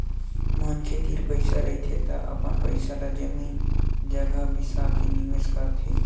मनखे तीर पइसा रहिथे त अपन पइसा ल जमीन जघा बिसा के निवेस करथे